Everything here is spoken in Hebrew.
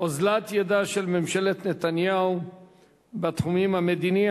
אוזלת ידה של ממשלת נתניהו בתחום המדיני,